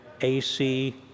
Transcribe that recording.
ac